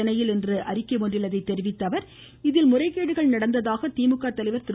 சென்னையில் இன்று அறிக்கை அஷ்நில் இதை தெரிவித்த அவர் இதில் முறைகேடுகள் நடந்ததாக திமுக தலைவர் திரு